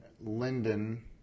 Linden